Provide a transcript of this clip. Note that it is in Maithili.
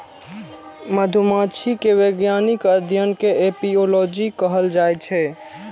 मधुमाछी के वैज्ञानिक अध्ययन कें एपिओलॉजी कहल जाइ छै